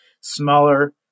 smaller